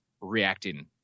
reacting